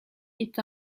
est